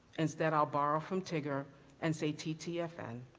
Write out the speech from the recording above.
instead i'll borrow from tugger and say ttfn.